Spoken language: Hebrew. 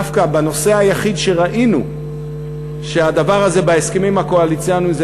דווקא בנושא היחיד שראינו שהדבר הזה נכנס בהסכמים הקואליציוניים,